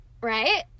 Right